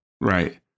Right